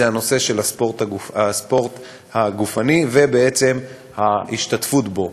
זה הנושא של הספורט הגופני וההשתתפות בו.